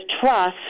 trust